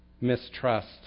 mistrust